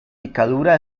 picadura